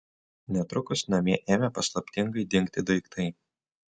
netrukus namie ėmė paslaptingai dingti daiktai